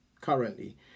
currently